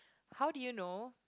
how do you know